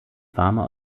farmer